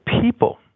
people